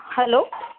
hello